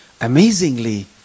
Amazingly